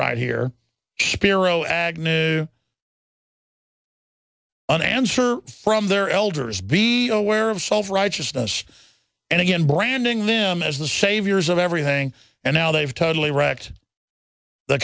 right here spiro agnew an answer from their elders be aware of self righteousness and again branding them as the saviors of everything and now they've totally wrecked the